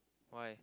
what